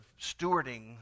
stewarding